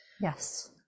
Yes